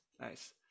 nice